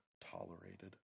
tolerated